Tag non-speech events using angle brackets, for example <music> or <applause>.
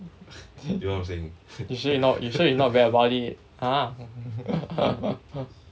<laughs> you sure you not you sure you not bad about it !huh! <laughs>